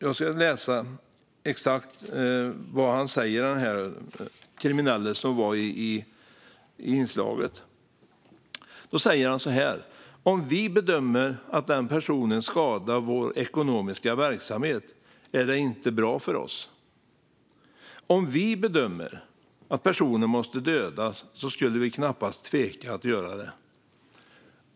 Jag ska läsa upp exakt vad den kriminelle i inslaget sa: Om vi bedömer att den personen skadar vår ekonomiska verksamhet är det inte bra för oss. Om vi bedömer att personen måste dödas skulle vi knappast tveka att göra det.